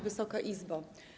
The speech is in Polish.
Wysoka Izbo!